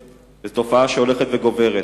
וזו תופעה שהולכת וגוברת.